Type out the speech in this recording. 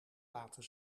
laten